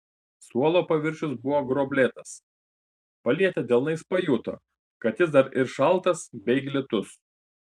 suolo paviršius buvo gruoblėtas palietę delnais pajuto kad jis dar ir šaltas bei glitus